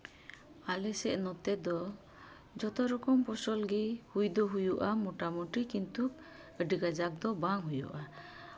ᱟᱞᱮ ᱥᱮᱫ ᱱᱚᱛᱮ ᱡᱚᱛᱚ ᱨᱚᱠᱚᱢ ᱯᱷᱚᱥᱚᱞ ᱫᱚ ᱦᱩᱭᱩ ᱫᱚ ᱦᱩᱭᱩᱜᱼᱟ ᱢᱳᱴᱟᱢᱩᱴᱤ ᱠᱤᱱᱛᱩ ᱟᱹᱰᱤ ᱠᱟᱡᱟᱠ ᱫᱚ ᱵᱟᱝ ᱦᱩᱭᱩᱜᱼᱟ